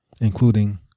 including